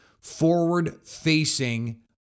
forward-facing